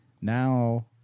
now